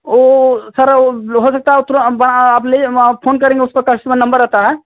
ओ sir ओ हो सकता है वह तुरंत बना आप ले जा वहाँ फ़ोन करेंगे उसका कस्टमर नम्बर रहता है